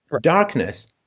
Darkness